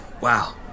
wow